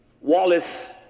wallace